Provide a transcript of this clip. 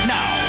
Now